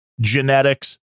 genetics